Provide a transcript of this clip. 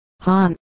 Han